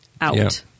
out